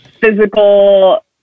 physical